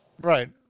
Right